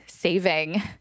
saving